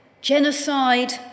genocide